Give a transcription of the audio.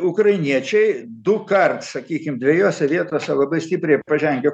ukrainiečiai dukart sakykim dvejose vietose labai stipriai pažengę